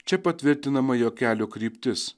čia patvirtinama jo kelio kryptis